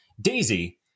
Daisy